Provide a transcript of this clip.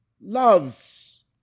loves